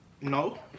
No